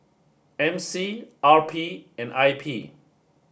M C R P and I P